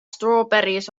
strawberries